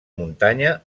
muntanya